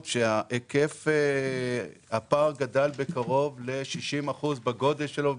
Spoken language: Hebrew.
שהיקף הפער גדל בקרוב ל-60% בגודל שלו,